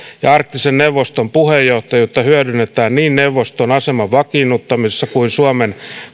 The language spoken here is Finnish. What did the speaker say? arktisen neuvoston puheenjohtajuutta hyödynnetään niin neuvoston aseman vakiinnuttamisessa kuin suomen